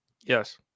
Yes